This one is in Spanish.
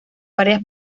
varias